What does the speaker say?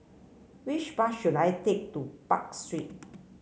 which bus should I take to Park Street